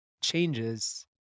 changes